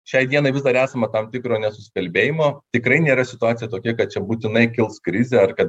šiai dienai vis dar esama tam tikro nesusikalbėjimo tikrai nėra situacija tokia kad čia būtinai kils krizė ar kad